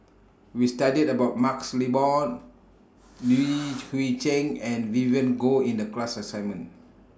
We studied about MaxLe Blond Li Hui Cheng and Vivien Goh in The class assignment